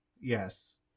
yes